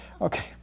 Okay